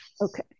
Okay